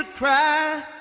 ah cry,